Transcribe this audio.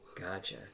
Gotcha